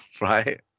right